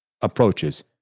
approaches